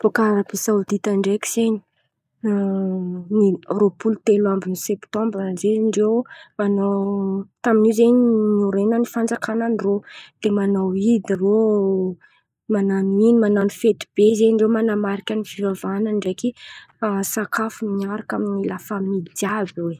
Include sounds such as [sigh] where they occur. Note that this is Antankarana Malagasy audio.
Bôka Arabia Saodida ndreky zen̈y, [hesitation] ny roapolo telo amby ny septambra zen̈y ndreo manao tamin’io zen̈y niorenan’ny fanjakanan-drô. De manao idy rô manan̈o in̈y manan̈o fety be zen̈y reo manamarika ny fivavahana ndraiky sakafo miaraka amin’ny la famỳ jiàby hoe.